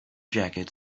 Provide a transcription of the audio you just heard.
jacket